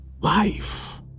life